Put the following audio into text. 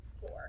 four